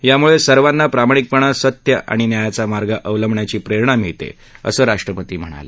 यामुळे सर्वाना प्रामाणिकपणा सत्य आणि न्यायाचा मार्ग अवलंबण्याची प्रेरणा मिळते असं राष्ट्रपती म्हणाले